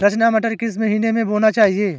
रचना मटर किस महीना में बोना चाहिए?